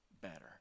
better